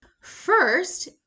First